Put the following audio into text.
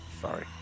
sorry